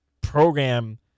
program